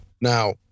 Now